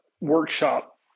workshop